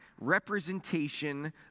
representation